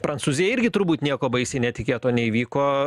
prancūziją irgi turbūt nieko baisiai netikėto neįvyko